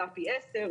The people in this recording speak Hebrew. עולה פי 10,